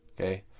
Okay